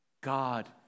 God